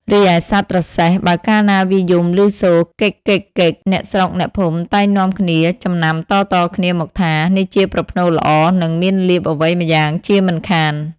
រីឯសត្វត្រសេះ បើកាលណាវាយំឮសូរ កិក ! កិក ! កិក ! អ្នកស្រុកអ្នកភូមិតែងតែនាំគ្នាចំណាំតៗគ្នាមកថា នេះជាប្រផ្នូលល្អ នឹងមានលាភអ្វីម្យ៉ាងជាមិនខាន។